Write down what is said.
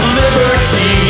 liberty